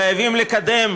חייבים לקדם